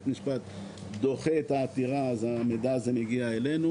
המשפט דוחה את העתירה אז המידע מגיע אלינו.